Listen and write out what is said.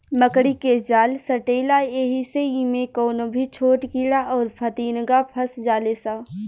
मकड़ी के जाल सटेला ऐही से इमे कवनो भी छोट कीड़ा अउर फतीनगा फस जाले सा